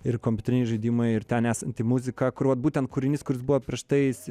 ir kompiuteriniai žaidimai ir ten esanti muziką kur vat būtent kūrinys kuris buvo prieš tai